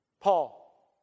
Paul